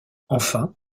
enfin